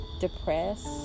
depressed